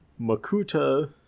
Makuta